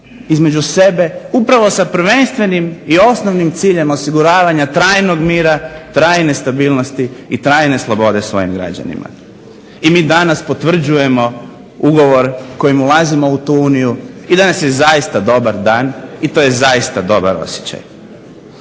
između sebe upravo sa prvenstvenim i osnovnim ciljem osiguravanja trajnog mira, trajne stabilnosti i trajne slobode svojim građanima. I mi danas potvrđujemo ugovor kojim ulazimo u tu Uniju i danas je zaista dobar dan i to je zaista dobar osjećaj.